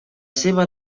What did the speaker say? seva